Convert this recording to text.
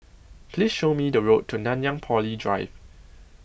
Please Show Me The Way to Nanyang Poly Drive